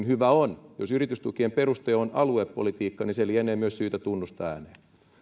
hyvä on jos yritystukien peruste on aluepolitiikka niin se lienee myös syytä tunnustaa ääneen